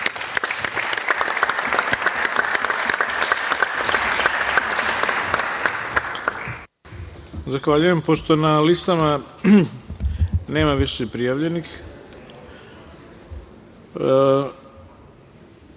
Zahvaljujem. Pošto na listama nema više prijavljenih,